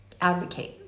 advocate